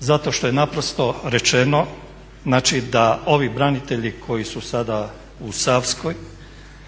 Zato što je naprosto rečeno znači da ovi branitelji koji su sada u Savskoj